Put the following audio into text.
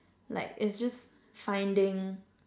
like it's just finding